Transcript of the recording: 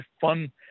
fun